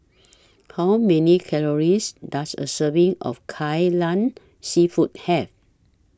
How Many Calories Does A Serving of Kai Lan Seafood Have